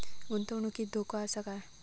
गुंतवणुकीत धोको आसा काय?